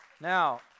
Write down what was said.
Now